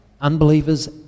unbelievers